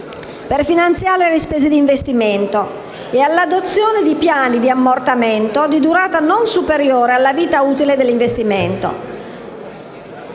per finanziare le spese di investimento e all'adozione di piani di ammortamento di durata non superiore alla vita utile dell'investimento.